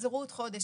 תחזרו עוד חודש',